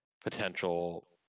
potential